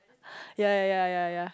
ya ya ya ya ya